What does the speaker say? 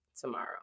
tomorrow